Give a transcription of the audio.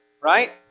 Right